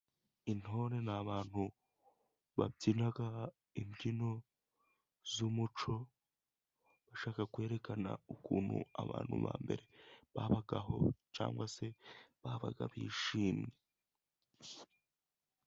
Intore ni abantu babyina imbyino z'umuco bashaka kwerekana ukuntu abantu ba mbere babagaho cyangwa se babaga bishimye.